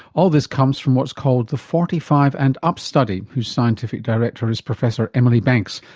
all this comes from what's called the forty five and up study whose scientific director is professor emily banks,